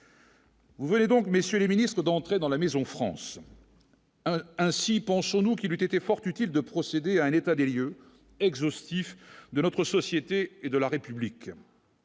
Vous voyez donc, messieurs les Ministres, d'entrer dans la maison France. Ainsi, penchons-nous qu'il eut été fort utile de procéder à un état des lieux exhaustif de notre société et de la République.